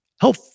help